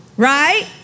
Right